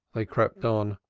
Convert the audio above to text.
they crept on.